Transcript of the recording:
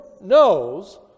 knows